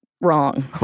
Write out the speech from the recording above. Wrong